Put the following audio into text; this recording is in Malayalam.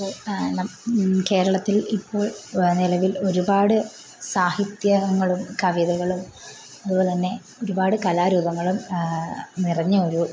കേരളത്തിൽ ഇപ്പോൾ നിലവിൽ ഒരുപാട് സാഹിത്യങ്ങളും കവിതകളും അതുപോലെ തന്നെ ഒരുപാട് കലാരൂപങ്ങളും നിറഞ്ഞ ഒരു